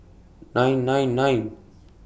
nine nine nine